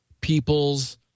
people's